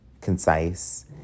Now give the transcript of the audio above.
concise